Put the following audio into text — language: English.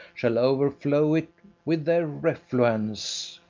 shall overflow it with their refluence.